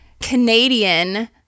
Canadian